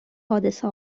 حادثه